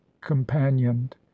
companioned